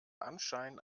anschein